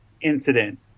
incident